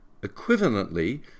Equivalently